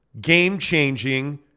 game-changing